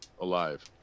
alive